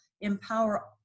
empower